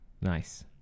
Nice